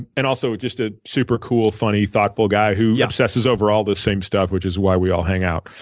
and also just a super cool, funny, thoughtful guy who obsesses over all the same stuff, which is why we all hang out.